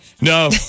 No